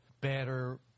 better